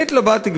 אני התלבטתי,